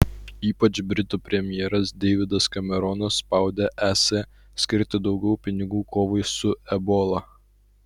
ypač britų premjeras deividas kameronas spaudė es skirti daugiau pinigų kovai su ebola